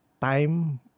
time